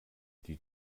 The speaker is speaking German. die